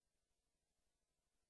כן,